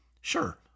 Sure